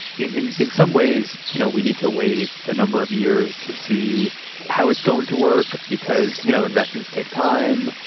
in in some ways, you know, we need to wait a number of years to see how it's going to work because, you know, investments take time.